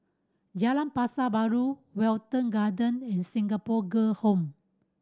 Jalan Pasar Baru Wilton Garden and Singapore Girl Home